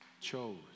chose